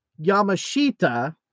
Yamashita